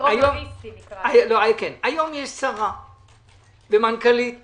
היום יש שרה ומנכ"לית